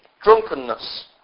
drunkenness